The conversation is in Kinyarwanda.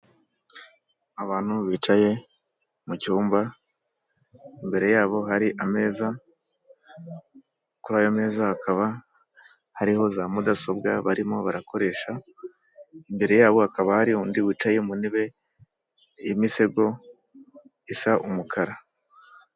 Abantu bicaye mu cyumba, imbere yabo hari ameza. Kuri ayo meza hakaba hariho za mudasobwa barimo barakoresha, imbere yabo hakaba hari undi wicaye mu ntebe y'imisego isa umukara.